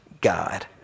God